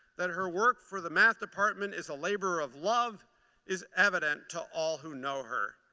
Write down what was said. that her work for the math department is a labor of love is evident to all who know her.